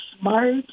Smart